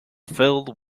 filled